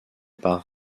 par